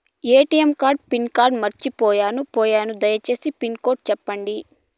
ATM pin code మర్చిపోయాను పోయాను దయసేసి పిన్ కోడ్ సెప్పండి?